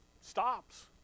stops